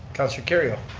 councillor kerrio.